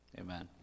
Amen